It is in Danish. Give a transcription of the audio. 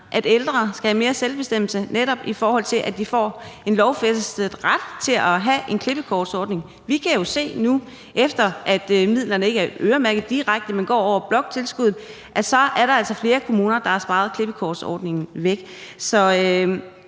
at ældre skal have mere selvbestemmelse, netop i forhold til at de får en lovfæstet ret til at have en klippekortordning. Vi kan jo se nu, efter at midlerne ikke mere er øremærkede direkte, men går over bloktilskuddet, at der altså er flere kommuner, der har sparet klippekortordningen væk. Det